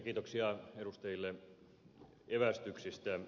kiitoksia edustajille evästyksistä